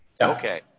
Okay